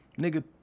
nigga